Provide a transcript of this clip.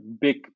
big